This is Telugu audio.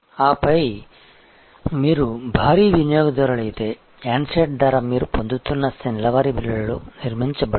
ఆపై మీరు భారీ వినియోగదారు అయితే హ్యాండ్సెట్ ధర మీరు పొందుతున్న నెలవారీ బిల్లులో నిర్మించబడింది